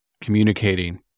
communicating